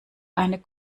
eine